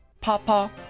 Papa